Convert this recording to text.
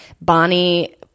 Bonnie